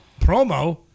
promo